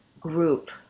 group